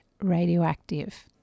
radioactive